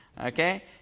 Okay